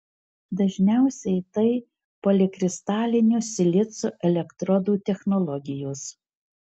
dažniausiai tai polikristalinio silicio elektrodų technologijos